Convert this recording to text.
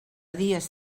dies